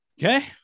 Okay